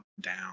down